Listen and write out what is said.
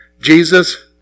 Jesus